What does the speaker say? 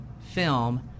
film